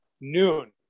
noon